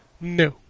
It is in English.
No